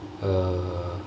uh